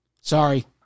Sorry